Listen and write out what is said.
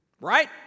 Right